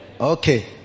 okay